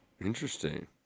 Interesting